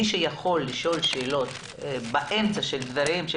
מי שיכול לשאול שאלות באמצע דבריהם של